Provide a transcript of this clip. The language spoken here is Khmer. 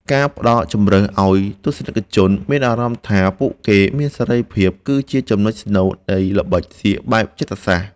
ការផ្តល់ជម្រើសឱ្យទស្សនិកជនមានអារម្មណ៍ថាពួកគេមានសេរីភាពគឺជាចំណុចស្នូលនៃល្បិចសៀកបែបចិត្តសាស្ត្រ។